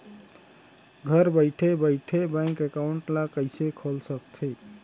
घर बइठे बइठे बैंक एकाउंट ल कइसे खोल सकथे?